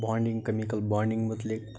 bonding chemical bonding متعلق